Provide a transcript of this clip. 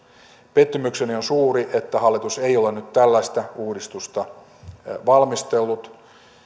pettymykseni on suuri että hallitus ei ole nyt tällaista uudistusta valmistellut